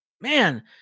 Man